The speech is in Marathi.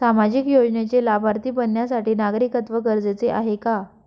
सामाजिक योजनेचे लाभार्थी बनण्यासाठी नागरिकत्व गरजेचे आहे का?